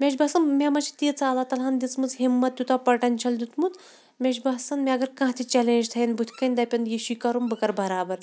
مےٚ چھِ باسان مےٚ منٛز چھِ تیٖژاہ اللہ تعلیٰ ہَن دِژمٕژ ہِمت یوٗتاہ پَٹَنشَل دیُتمُت مےٚ چھِ باسان مےٚ اگر کانٛہہ تہِ چَلینٛج تھایَن بٕتھِ کَنۍ دَپَنۍ یہِ چھُے کَرُن بہٕ کَرٕ برابر